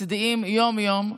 מצדיעים יום-יום,